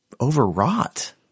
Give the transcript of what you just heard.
overwrought